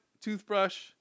toothbrush